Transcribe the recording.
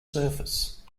surface